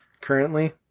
currently